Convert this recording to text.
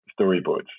storyboards